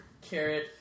carrot